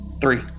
Three